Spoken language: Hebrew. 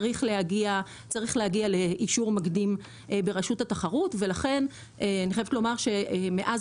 צריך להגיע לאישור מקדים ברשות התחרות ולכן אני חייבת לומר שמאז